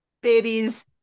Babies